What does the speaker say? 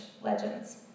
legends